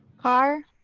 carr,